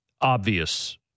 obvious